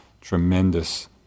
tremendous